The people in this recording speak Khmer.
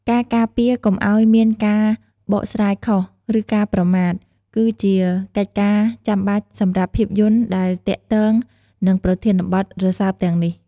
ការការពារកុំឱ្យមានការបកស្រាយខុស ឬការប្រមាថ គឺជាកិច្ចការចាំបាច់សម្រាប់ភាពយន្តដែលទាក់ទងនឹងប្រធានបទរសើបទាំងនេះ។